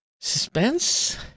Suspense